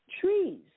trees